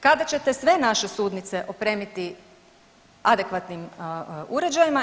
Kada ćete sve naše sudnice opremiti adekvatnim uređajima?